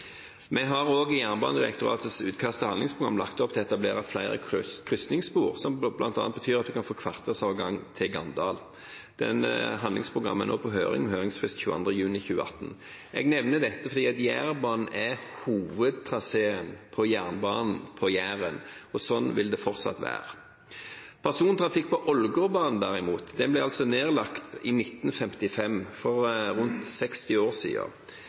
Vi har i Jernbanedirektoratets utkast til handlingsprogram også lagt opp til å etablere flere krysningsspor, som bl.a. betyr at en kan få kvartersavgang til Ganddal. Det handlingsprogrammet er nå på høring, med høringsfrist 22. juni 2018. Jeg nevner dette fordi Jærbanen er hovedtraseen for jernbanen på Jæren, og sånn vil det fortsatt være. Derimot ble persontrafikk på Ålgårdbanen nedlagt i 1955, for rundt 60 år